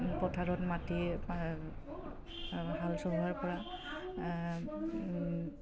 পথাৰত মাটি হাল চহোৱাৰ পৰা